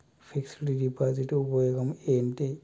Fix డ్ deposit ఉపయోగం ఏంటి?